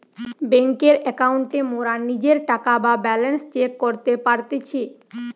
বেংকের একাউন্টে মোরা নিজের টাকা বা ব্যালান্স চেক করতে পারতেছি